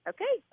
Okay